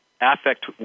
affect